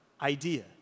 idea